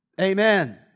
Amen